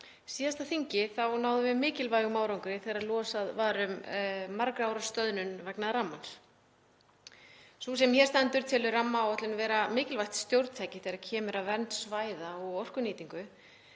síðasta þingi náðum við mikilvægum árangri þegar losað var um margra ára stöðnun vegna rafmagns. Sú sem hér stendur telur rammaáætlun vera mikilvægt stjórntæki þegar kemur að vernd svæða og orkunýtingu,